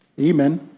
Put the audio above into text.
amen